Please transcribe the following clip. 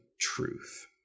truth